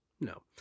No